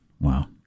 Wow